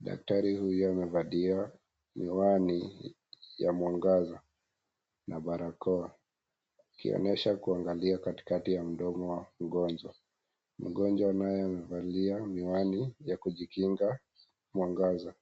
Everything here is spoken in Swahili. Daktari huyu amevalia miwani ya mwangaza na barakoa akionyesha kuangalia katikati ya mdomo wa mgonjwa. Mgonjwa naye amevalia miwani ya kujikinga mwangaza.